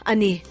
Ani